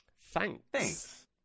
thanks